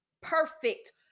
perfect